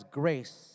grace